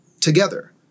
together